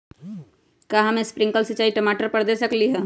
का हम स्प्रिंकल सिंचाई टमाटर पर दे सकली ह?